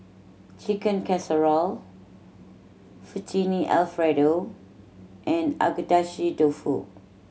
Chicken Casserole Fettuccine Alfredo and Agedashi Dofu